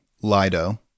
Lido